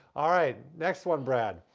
alright next one, brad,